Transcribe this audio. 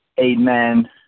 amen